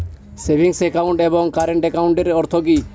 Savings account এবং current একাউন্টের অর্থ কি?